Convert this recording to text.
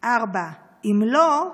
4. אם לא,